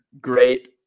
great